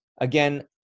again